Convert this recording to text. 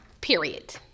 period